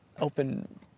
open